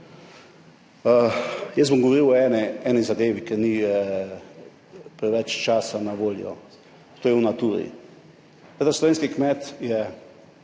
Jaz bom govoril o eni zadevi, ker ni preveč časa na voljo, to je v Naturi. Seveda slovenski kmet je